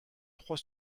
trois